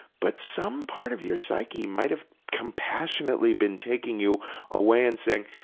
but some part of your psyche might have compassionately been taking you away and saying,